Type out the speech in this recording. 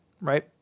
Right